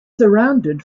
surrounded